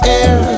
air